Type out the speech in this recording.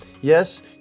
Yes